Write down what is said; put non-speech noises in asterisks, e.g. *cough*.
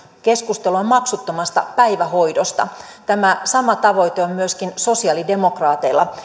keskustelua maksuttomasta päivähoidosta tämä sama tavoite on myöskin sosiaalidemokraateilla *unintelligible*